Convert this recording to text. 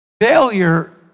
Failure